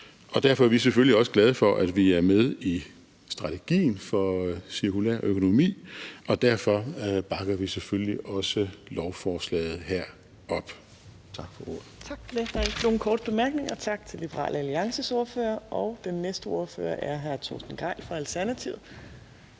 derfor er vi selvfølgelig også glade for, at vi er med i strategien for cirkulær økonomi, og derfor bakker vi selvfølgelig også lovforslaget her op. Tak for ordet. Kl. 12:58 Fjerde næstformand (Trine Torp): Tak til Liberal Alliances ordfører. Der er ikke ønske om nogen korte bemærkninger.